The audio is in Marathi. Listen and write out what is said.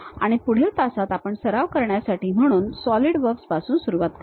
आणि पुढील तासात आपण सराव करण्यासाठी म्हणून सॉलिडवर्क्सपासून सुरुवात करू